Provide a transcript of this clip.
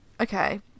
okay